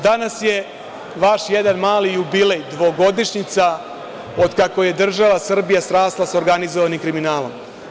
Danas je vaš jedan mali jubilej, dvogodišnjica od kako je država Srbija srasla sa organizovanim kriminalom.